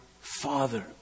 father